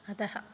अतः